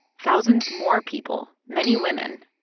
thousands more people, many women,